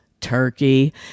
turkey